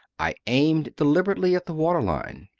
i aimed deliberately at the water-line.